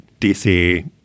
DC